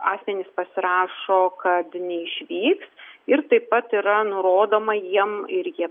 asmenys pasirašo kad neišvyks ir taip pat yra nurodoma jiem ir jie